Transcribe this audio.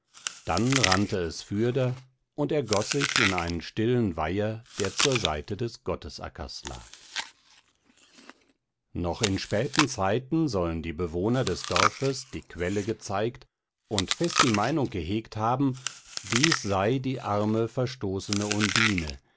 dann rannte es fürder und ergoß sich in einen stillen weiher der zur seite des gottesackers lag noch in späten zeiten sollen die bewohner des dorfes die quelle gezeigt und fest die meinung gehegt haben dies sei die arme verstoßene undine